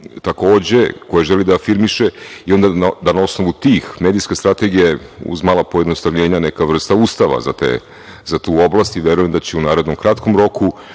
takođe, želi da afirmiše i onda da na osnovu tih medijska strategija, uz mala pojednostavljenja, je naka vrsta ustava za tu oblast. Verujem da će u narednom kratkom roku